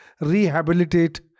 rehabilitate